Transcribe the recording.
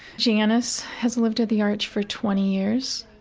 janice has lived at the arch for twenty years.